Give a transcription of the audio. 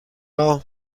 all